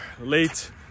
late